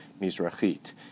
mizrachit